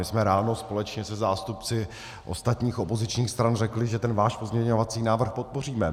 My jsme ráno společně se zástupci ostatních opozičních stran řekli, že ten váš pozměňovací návrh podpoříme.